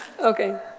Okay